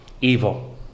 evil